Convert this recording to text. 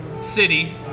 City